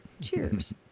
Cheers